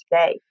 today